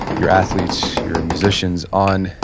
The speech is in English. your athletes, your musicians, on,